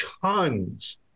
tons